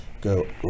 go